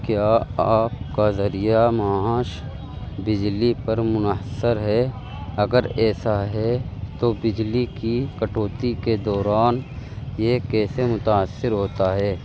کیا آپ کا ذریعہ معاش بجلی پر منحصر ہے اگر ایسا ہے تو بجلی کی کٹوتی کے دوران یہ کیسے متاثر ہوتا ہے